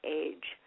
age